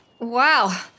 Wow